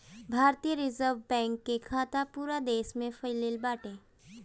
भारतीय Reserve Bank के शाखा पूरा देस में फइलल बाटे